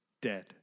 dead